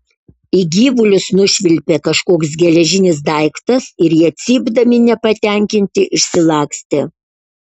į gyvulius nušvilpė kažkoks geležinis daiktas ir jie cypdami nepatenkinti išsilakstė